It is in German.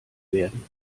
werden